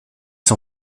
son